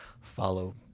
follow